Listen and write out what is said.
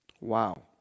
Wow